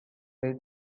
they